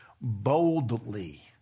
Boldly